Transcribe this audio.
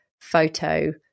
photo